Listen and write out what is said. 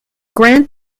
grand